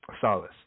solace